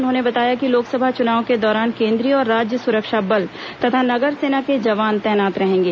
उन्होंने बताया कि लोकसभा चुनाव के दौरान केंद्रीय और राज्य सुरक्षा बल तथा नगर सेना के जवान तैनात रहेंगे